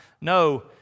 No